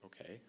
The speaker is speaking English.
Okay